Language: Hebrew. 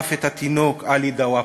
ששרף את התינוק עלי דוואבשה,